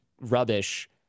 rubbish